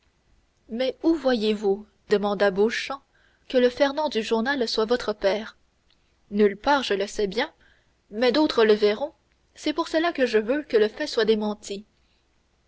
mais où voyez-vous demanda beauchamp que le fernand du journal soit votre père nulle part je le sais bien mais d'autres le verront c'est pour cela que je veux que le fait soit démenti